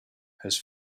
has